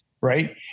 right